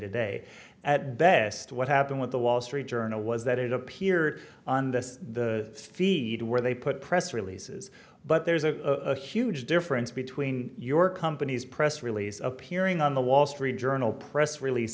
today at best what happened with the wall street journal was that it appeared on this the feed where they put press releases but there's a huge difference between your company's press release appearing on the wall street journal press release